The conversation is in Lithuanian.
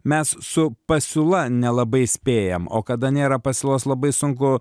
mes su pasiūla nelabai spėjam o kada nėra pasiūlos labai sunku